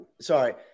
Sorry